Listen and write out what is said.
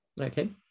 okay